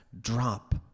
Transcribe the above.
drop